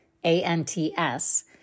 Ants